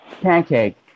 pancake